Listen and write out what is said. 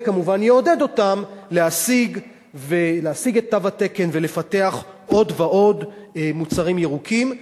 זה כמובן יעודד אותן להשיג את תו התקן ולפתח עוד ועוד מוצרים ירוקים.